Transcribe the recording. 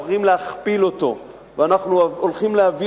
אנחנו הולכים להכפיל אותו והולכים להביא